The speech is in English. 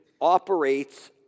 operates